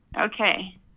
Okay